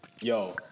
Yo